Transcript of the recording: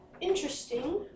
interesting